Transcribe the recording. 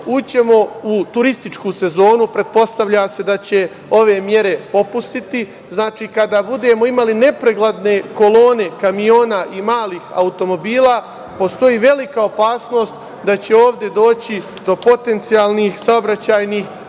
ćemo u turističku sezonu, pretpostavlja se da će ove mere popustiti, znači, kada budemo imali nepregledne kolone kamiona i malih automobila, postoji velika opasnost da će ovde doći do potencijalnih saobraćajnih